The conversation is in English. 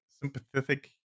sympathetic